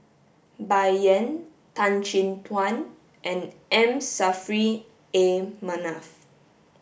Bai Yan Tan Chin Tuan and M Saffri A Manaf